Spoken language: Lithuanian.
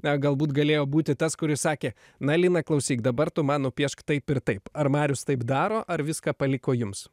na galbūt galėjo būti tas kuris sakė na lina klausyk dabar tu man nupiešk taip ir taip ar marius taip daro ar viską paliko jums